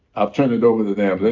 i'll turn it over to them,